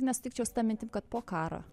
nesutikčiau su ta mintim kad po karo